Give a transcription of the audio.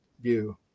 View